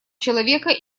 человека